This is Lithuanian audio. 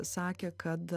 sakė kad